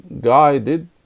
guided